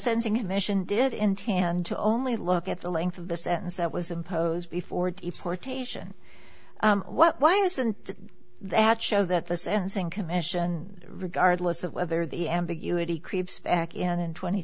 sensing admission did intend to only look at the length of the sentence that was imposed before deportation what why isn't that show that the syncing commission regardless of whether the ambiguity creeps back in